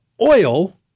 oil